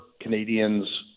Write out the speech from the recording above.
Canadians